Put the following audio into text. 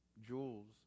jewels